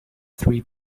three